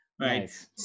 Right